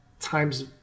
time's